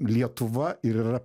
lietuva ir yra